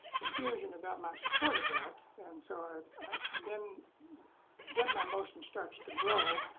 confusion about my support of that. and so um and then then my motion starts to grow.